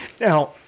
Now